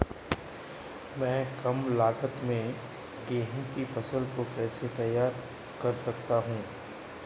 मैं कम लागत में गेहूँ की फसल को कैसे तैयार कर सकता हूँ?